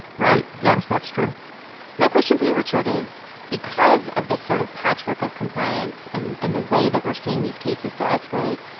right. yes, that's true my question for you, richard, is because of this sort of patchwork of compliance and and the way that we're seeing these cases still escalate,